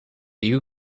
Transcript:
you